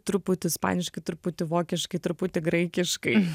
truputį ispaniškai truputį vokiškai truputį graikiškai